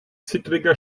zittriger